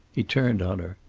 he turned on her.